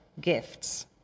gifts